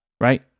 right